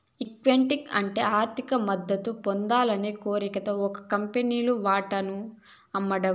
equity అంటే ఆర్థిక మద్దతు పొందాలనే కోరికతో ఒక కంపెనీలు వాటాను అమ్మడం